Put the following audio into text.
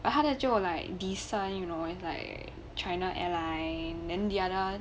他在做 like Nissan you know its like China airline then Indiana